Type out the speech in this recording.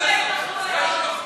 גושי התנחלויות,